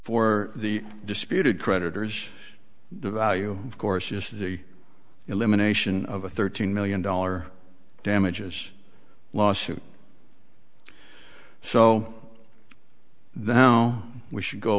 for the disputed creditors the value of course is the elimination of a thirteen million dollar damages lawsuit so that now we should go